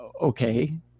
okay